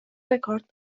record